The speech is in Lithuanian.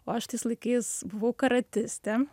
o aš tais laikais buvau karatistė